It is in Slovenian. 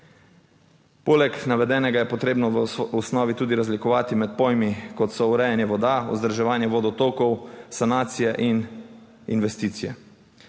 Poleg navedenega je potrebno v osnovi tudi razlikovati med pojmi kot so urejanje voda, vzdrževanje vodotokov, sanacija in investicije.